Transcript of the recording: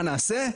מה נעשה?